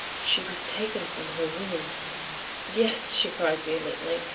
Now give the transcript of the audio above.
she was taken from her room yes, she cried vehemently,